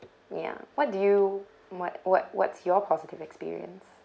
ya what do you what what what's your positive experience